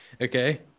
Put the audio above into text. okay